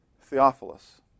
Theophilus